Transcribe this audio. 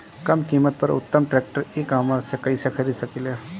कम कीमत पर उत्तम ट्रैक्टर ई कॉमर्स से कइसे खरीद सकिले?